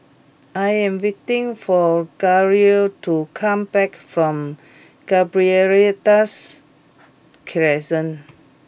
I am waiting for Garel to come back from Gibraltar Crescent